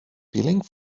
peeling